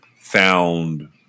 found